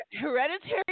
Hereditary –